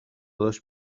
dos